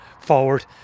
forward